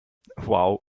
wow